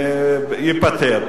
ייפתר.